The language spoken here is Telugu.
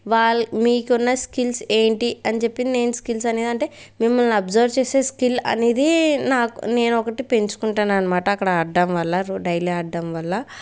వాళ్ళు మీకున్న స్కిల్స్ ఏంటి అని చెప్పి నేను స్కిల్స్ అనేదంటే మిమ్మల్ని అబ్జర్వ్ చేసే స్కిల్ అనేది నాకు నేను ఒకటి పెంచుకుంటానన్మాట అక్కడ ఆడడం వల్ల రో డైలీ ఆడడం వల్ల